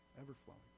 ever-flowing